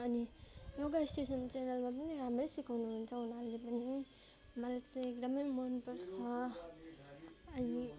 अनि योगा स्टेसन च्यानलमा पनि राम्रै सिकाउनुहुन्छ उनीहरूले पनि मलाई चाहिँ एकदमै मन पर्छ अनि